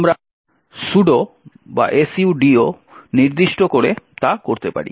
আমরা sudo নির্দিষ্ট করে তা করতে পারি